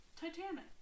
Titanic